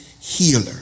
healer